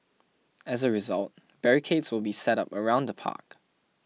as a result barricades will be set up around the park